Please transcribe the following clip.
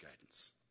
guidance